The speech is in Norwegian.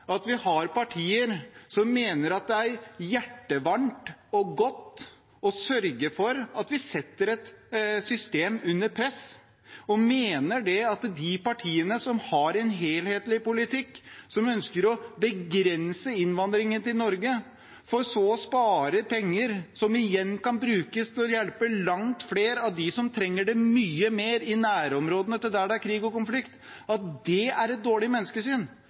at vi har partier som mener at det er hjertevarmt og godt å sørge for at vi setter et system under press, og som mener at de partiene som har en helhetlig politikk – som ønsker å begrense innvandringen til Norge, for så å spare penger, som igjen kan brukes til å hjelpe langt flere av dem som trenger det mye mer, i nærområdene, der det er krig og konflikt – har et dårlig menneskesyn.